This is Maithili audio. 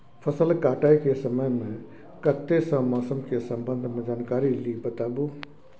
फसल काटय के समय मे कत्ते सॅ मौसम के संबंध मे जानकारी ली बताबू?